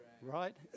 right